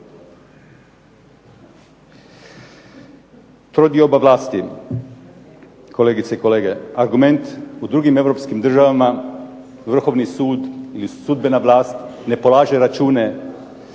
Trodioba vlasti, kolegice i kolege, argument u drugim europskim državama Vrhovni sud ili sudbena vlast ne polaže račune